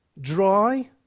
dry